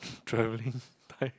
travelling time